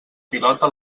pilota